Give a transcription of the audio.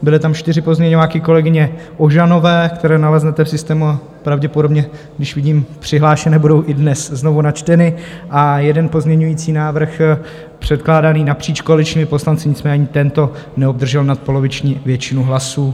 Byly tam čtyři pozměňováky kolegyně Ožanové, které naleznete v systému pravděpodobně, když vidím, přihlášeny budou i dnes a znovu načteny dále jeden pozměňovací návrh předkládaný napříč koaličními poslanci, nicméně tento neobdržel nadpoloviční většinu hlasů.